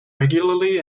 regularly